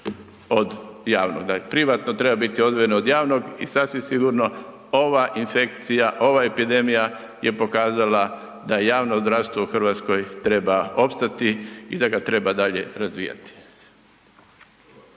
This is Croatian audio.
od javnoga. Privatno treba bit odvojeno od javnog i sasvim sigurno ova infekcija, ova epidemija je pokazala da javno zdravstvo u RH treba opstati i da ga treba dalje razvijati.